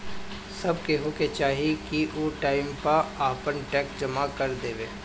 सब केहू के चाही की उ टाइम से आपन टेक्स जमा कर देवे